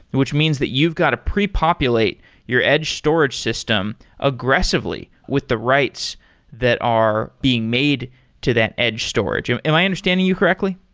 which means that you've got to pre-populate your edge storage system aggressively with the writes that are being made to that edge storage. am am i understanding you correctly?